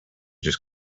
just